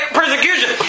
persecution